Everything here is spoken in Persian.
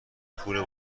پول